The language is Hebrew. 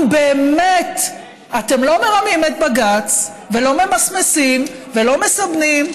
אם באמת אתם לא מרמים את בג"ץ ולא ממסמסים ולא מסבנים,